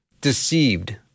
deceived